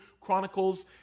chronicles